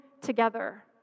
together